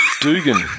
Dugan